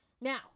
Now